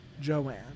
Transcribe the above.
Joanne